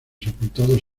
sepultados